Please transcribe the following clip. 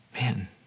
man